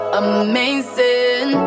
amazing